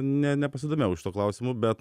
ne nepasidomėjau šituo klausimu bet